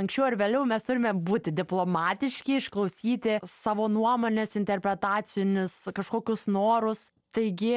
anksčiau ar vėliau mes turime būti diplomatiški išklausyti savo nuomones interpretacinius kažkokius norus taigi